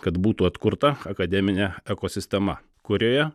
kad būtų atkurta akademinė ekosistema kurioje